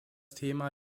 thema